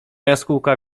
jaskółka